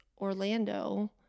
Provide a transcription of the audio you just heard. Orlando